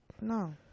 No